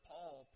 Paul